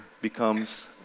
becomes